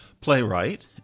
playwright